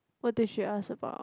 what did she ask about